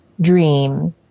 dream